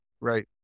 Right